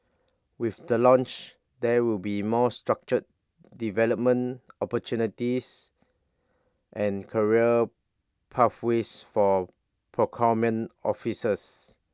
with the launch there will be more structured development opportunities and career pathways for procurement officers